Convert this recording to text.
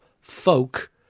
folk